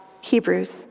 Hebrews